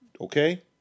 Okay